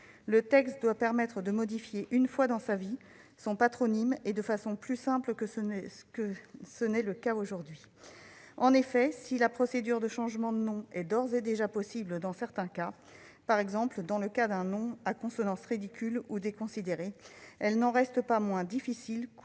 à toute personne de modifier une fois dans sa vie son patronyme, de façon plus simple qu'il n'est possible de le faire aujourd'hui. En effet, si la procédure de changement de nom est d'ores et déjà possible dans certains cas- par exemple dans le cas d'un nom à consonance ridicule ou déconsidéré -, elle n'en reste pas moins difficile, coûteuse